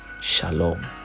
Shalom